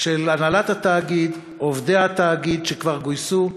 של הנהלת התאגיד ועובדי התאגיד, שכבר גויסו,